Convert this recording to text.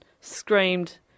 Screamed